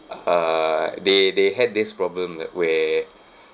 err they they had this problem that where